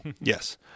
yes